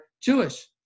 Jewish